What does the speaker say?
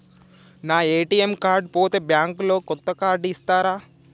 నా ATM card పోతే bank లో కొత్త కార్డు ఇస్తరా?